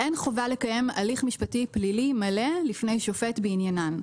אין חובה לקיים הליך משפטי פלילי מלא בפני שוט בעניינם.